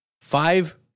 Five